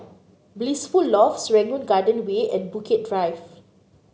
Blissful Loft Serangoon Garden Way and Bukit Drive